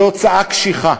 זו הוצאה קשיחה.